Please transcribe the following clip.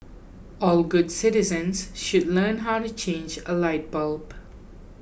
all good citizens should learn how to change a light bulb